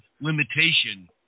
limitation